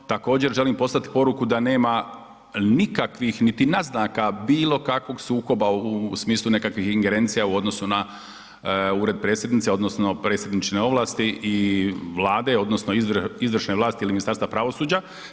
Također želim poslati poruku da nema nikakvih niti naznaka bilo kakvog sukoba u smislu nekakvih ingerencija u odnosu na Ured predsjednice odnosno predsjedničine ovlasti i Vlade, odnosno izvršne vlasti ili Ministarstva pravosuđa.